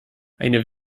eine